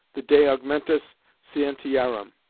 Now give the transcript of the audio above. the de augmentis scientiarum.